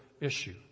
issue